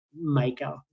maker